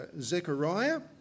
Zechariah